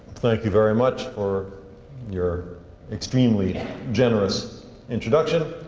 thank you very much for your extremely generous introduction.